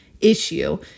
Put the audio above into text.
issue